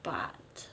but